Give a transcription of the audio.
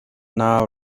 now